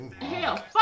Hell